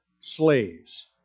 slaves